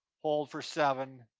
hold for seven,